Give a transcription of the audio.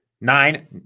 nine